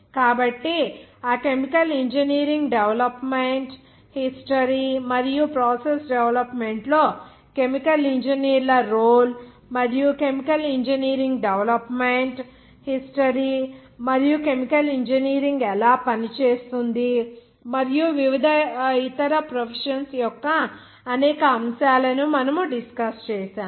కాబట్టి ఆ chemical engineering development history మరియు ప్రాసెస్ డెవలప్మెంట్ లో కెమికల్ ఇంజనీర్ల రోల్ మరియు కెమికల్ ఇంజనీరింగ్ డెవలప్మెంట్ హిస్టరీ మరియు కెమికల్ ఇంజనీరింగ్ ఎలా పనిచేస్తుంది మరియు వివిధ ఇతర ప్రొఫెషన్స్ యొక్క అనేక అంశాలను మనము డిస్కస్ చేసాము